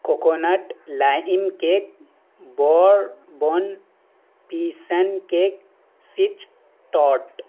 coconut lime cake bourbon passion cake Sacher ٹاٹ